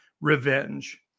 revenge